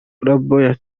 label